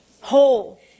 whole